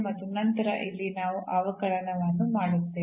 ಮತ್ತು ನಂತರ ಇಲ್ಲಿ ನಾವು ಅವಕಲನವನ್ನು ಮಾಡುತ್ತೇವೆ